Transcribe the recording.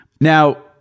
now